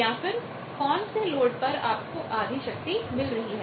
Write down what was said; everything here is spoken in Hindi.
या फिर कौन से लोड पर आपको आधी शक्ति मिल रही है